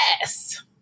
Yes